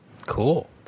Cool